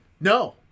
No